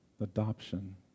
Adoption